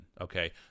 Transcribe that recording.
Okay